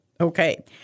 Okay